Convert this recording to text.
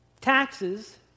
taxes